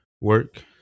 work